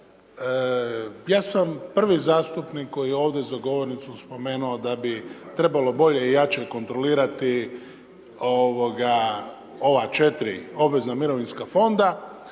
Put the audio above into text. ja sam prvi zastupnik, koji je ovdje za govornicom spomenuo da bi trebalo bolje i lakše kontrolirati ova 4 obvezna mirovinska fonda.